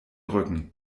rücken